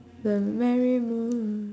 the merry moon